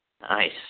Nice